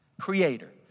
Creator